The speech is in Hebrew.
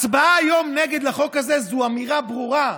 הצבעה היום נגד החוק הזה זו אמירה ברורה: